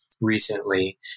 recently